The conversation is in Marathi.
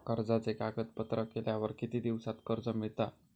कर्जाचे कागदपत्र केल्यावर किती दिवसात कर्ज मिळता?